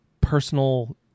personal